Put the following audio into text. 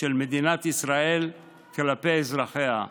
של מדינת ישראל כלפי אזרחיה.